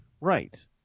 Right